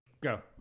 Go